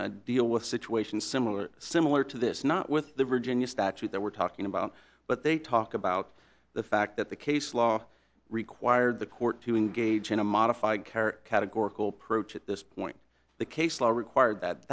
air deal with situations similar similar to this not with the virginia statute that we're talking about but they talk about the fact that the case law required the court to engage in a modified car categorical prochoice at this point the case law required that